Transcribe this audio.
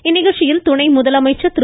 இந்நிகழ்ச்சியில் துணை முதலமைச்சர் திரு